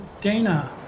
dana